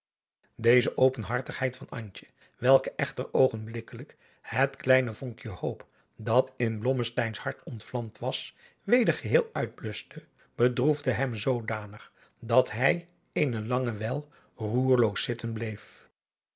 deze openhartigheid van antje welke echter oogenblikkelijk het kleine vonkje hoop dat in blommesteyn's hart ontvlamd was weder geheel uitbluschte bedroefde hem zoodanig dat hij eene lange wijl roerloos zitten bleef